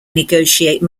negotiate